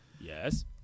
Yes